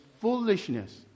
foolishness